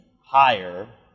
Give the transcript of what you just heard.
higher